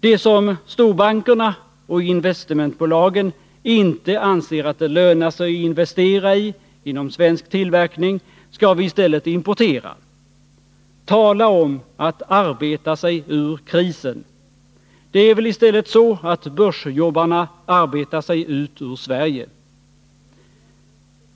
Det som storbankerna och investmentbolagen inte anser att det lönar sig att investera i inom svensk tillverkning skall vi i stället importera. Tala om att arbeta sig ur krisen! Det är väl i stället så, att börsjobbarna arbetar sig ut ur Sverige.